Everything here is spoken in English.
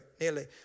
nearly